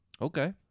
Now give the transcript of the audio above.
Okay